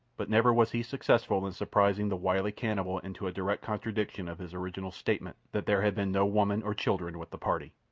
but never was he successful in surprising the wily cannibal into a direct contradiction of his original statement that there had been no women or children with the party.